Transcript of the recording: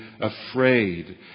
afraid